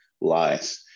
lies